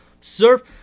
surf